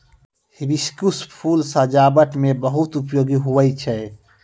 hibiscus फूल सजाबट मे बहुत उपयोगी हुवै छै